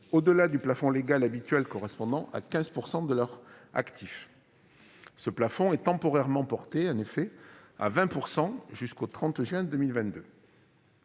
au-delà du plafond légal habituel, correspondant à 15 % de leur actif. Ce plafond est, en effet, temporairement porté à 20 % jusqu'au 30 juin 2022.